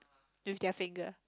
with their finger